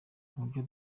buryo